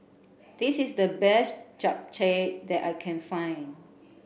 this is the best Japchae that I can find